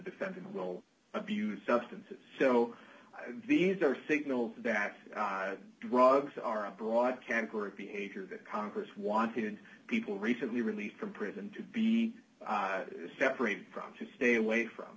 defendant will abuse substances so there are signals that drugs are a broad category of behavior that congress wanted people recently released from prison to be separated from to stay away from